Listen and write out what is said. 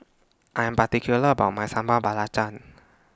I Am particular about My Sambal Belacan